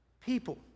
people